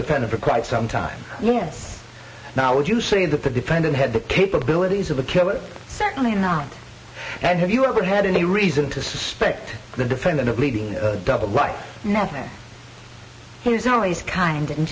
defender for quite some time now would you say that the defendant had the capabilities of a killer certainly not and have you ever had any reason to suspect the defendant of leading double life nothing he was always kind and